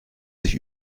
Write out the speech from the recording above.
sich